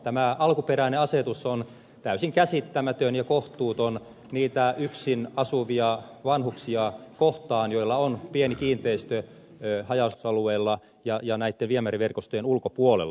tämä alkuperäinen asetus on täysin käsittämätön ja kohtuuton niitä yksin asuvia vanhuksia kohtaan joilla on pieni kiinteistö haja asutusalueella ja näitten viemäriverkostojen ulkopuolella